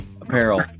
apparel